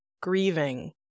grieving